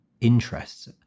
interests